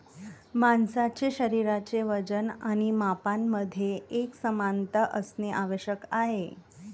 माणसाचे शरीराचे वजन आणि मापांमध्ये एकसमानता असणे आवश्यक आहे